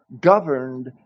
governed